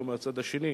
לא מהצד השני?